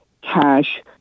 cash